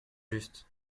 juste